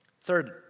Third